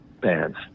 bands